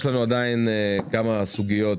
יש לנו עדיין כמה סוגיות